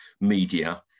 media